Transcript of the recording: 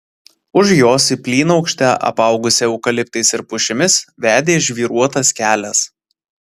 už jos į plynaukštę apaugusią eukaliptais ir pušimis vedė žvyruotas kelias